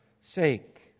sake